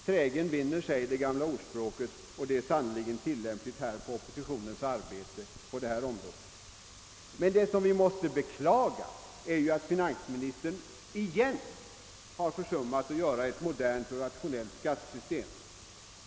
Trägen vinner, säger det gamla ordspråket, och det är sannerligen tillämpligt på oppositionens arbete på detta område. Men vad vi måste beklaga är att finansministern åter har försummat att åstadkomma ett modernt och rationellt skattesystem.